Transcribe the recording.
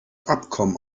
abkommen